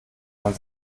man